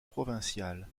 provincial